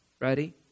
ready